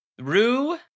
Rue